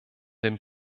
den